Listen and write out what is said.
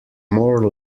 more